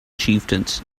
chieftains